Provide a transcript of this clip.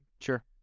sure